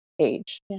age